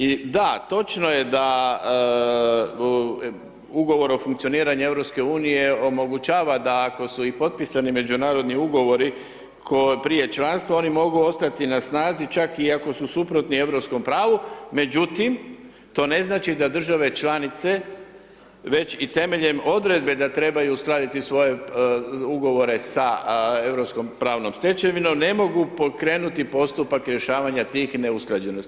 I da, točno je da ugovor o funkcioniranju EU-a omogućava da ako su i potpisani međunarodni ugovori kao prije članstva, oni mogu ostati na snazi čak i ako su suprotni europskom pravu međutim to ne znači da države članice već temeljem odredbe da trebaju uskladiti svoje ugovore sa europskom pravnom stečevinom, ne mogu pokrenuti postupak rješavanja tih neusklađenosti.